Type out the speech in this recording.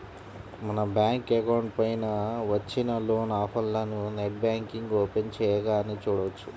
మన bank account పైన వచ్చిన లోన్ ఆఫర్లను నెట్ బ్యాంకింగ్ ఓపెన్ చేయగానే చూడవచ్చు